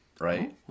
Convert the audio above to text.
right